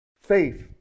Faith